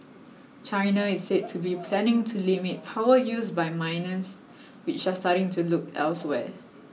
China is said to be planning to limit power use by miners which are starting to look elsewhere